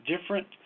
different